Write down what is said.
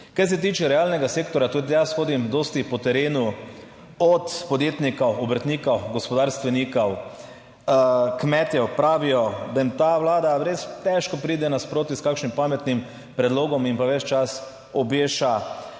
Kar se tiče realnega sektorja, tudi jaz hodim dosti po terenu, od podjetnikov, obrtnikov, gospodarstvenikov. Kmetje pravijo, da jim ta vlada res težko pride nasproti s kakšnim pametnim predlogom in pa ves čas obeša